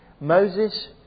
Moses